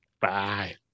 bye